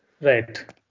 Right